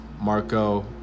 Marco